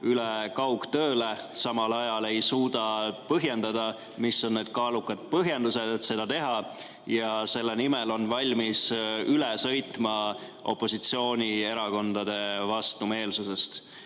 üle kaugtööle. Samal ajal ei suuda nad põhjendada, mis on need kaalukad põhjendused, et seda teha, ja selle nimel on valmis üle sõitma opositsioonierakondade vastumeelsusest.